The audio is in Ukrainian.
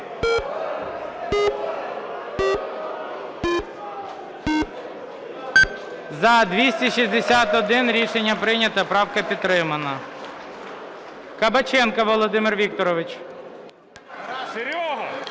За-262 Рішення прийнято. Правка підтримана. Кабаченко Володимир Вікторович.